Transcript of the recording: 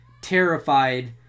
terrified